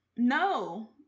No